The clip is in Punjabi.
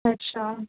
ਅੱਛਾ